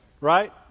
Right